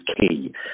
key